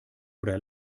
oder